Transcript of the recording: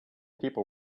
people